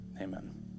amen